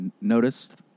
noticed